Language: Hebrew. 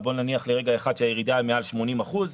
ובוא נניח לרגע אחד שהירידה היא מעל 80 אחוזים,